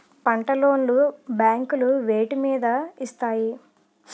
పంట లోన్ లు బ్యాంకులు వేటి మీద ఇస్తాయి?